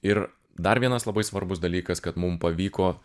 ir dar vienas labai svarbus dalykas kad mum pavyko